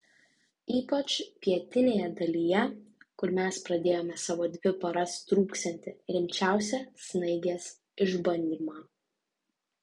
ypač pietinėje dalyje kur mes pradėjome savo dvi paras truksiantį rimčiausią snaigės išbandymą